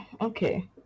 Okay